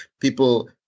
people